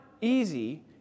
easy